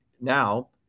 now